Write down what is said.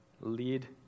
lead